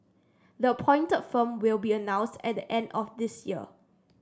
the appointed firm will be announced at the end of this year